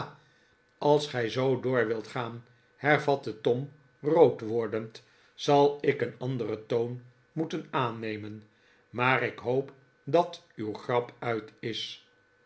als gij zoo door wilt gaan hervatte tom rood wordend t zal ik een anderen toon moeten aannemen maar ik hoop dat uw grap uit is